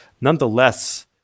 nonetheless